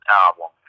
album